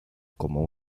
como